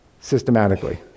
systematically